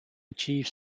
achieved